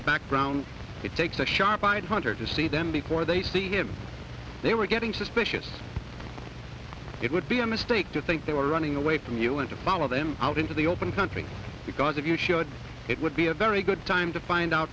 the background it takes a sharp eyed hunter to see them before they see him they were getting suspicious it would be a mistake to think they were running away from you and to follow them out into the open country because if you showed it would be a very good time to find out